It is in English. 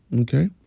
okay